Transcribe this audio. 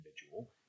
individual